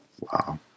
Wow